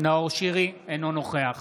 אינו נוכח